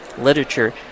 literature